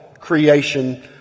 creation